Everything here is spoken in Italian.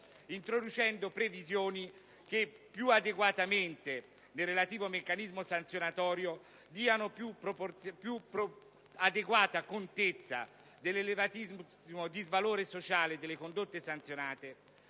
introducendo previsioni che più adeguatamente, nel relativo meccanismo sanzionatorio, diano contezza dell'elevatissimo disvalore sociale delle condotte sanzionate,